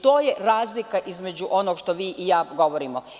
To je razlika između onoga što vi i ja govorimo.